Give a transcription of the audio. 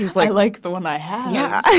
he's like like the one i have. yeah, yeah